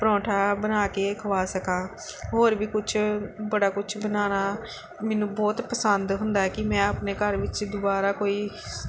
ਪਰੌਂਠਾ ਬਣਾ ਕੇ ਖਵਾ ਸਕਾ ਹੋਰ ਵੀ ਕੁਛ ਬੜਾ ਕੁਛ ਬਣਾਉਣਾ ਮੈਨੂੰ ਬਹੁਤ ਪਸੰਦ ਹੁੰਦਾ ਕਿ ਮੈਂ ਆਪਣੇ ਘਰ ਵਿੱਚ ਦੁਬਾਰਾ ਕੋਈ